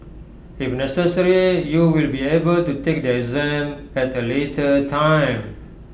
if necessary you will be able to take the exam at the later time